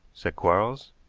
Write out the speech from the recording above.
said quarles,